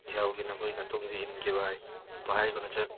ꯌꯥꯎꯒꯦ ꯅꯈꯣꯏ ꯅꯇꯨꯡꯗ ꯏꯟꯒꯦ ꯚꯥꯏ ꯚꯥꯏ ꯍꯣꯏꯅ ꯆꯠ